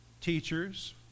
teachers